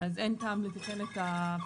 אז אין טעם לתקן את הפסקה פעמיים.